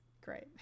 great